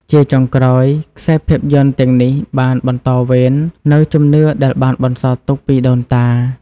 ជាចុងក្រោយ ខ្សែភាពយន្តទាំងនេះបានបន្តវេននូវជំនឿដែលបានបន្សល់ទុកពីដូនតា។